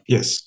Yes